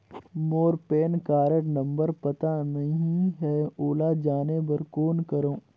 मोर PAN card number पता नहीं है, ओला जाने बर कौन करो?